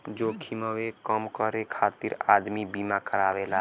जोखिमवे कम करे खातिर आदमी बीमा करावेला